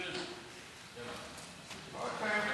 תדאג לפריפריה,